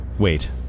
Wait